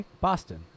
Boston